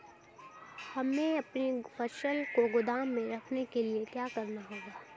हमें अपनी फसल को गोदाम में रखने के लिये क्या करना होगा?